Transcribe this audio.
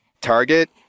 target